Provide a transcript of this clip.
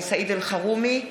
סעיד אלחרומי.